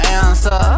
answer